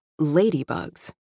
ladybugs